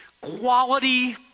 quality